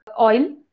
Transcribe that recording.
oil